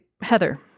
Heather